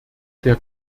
der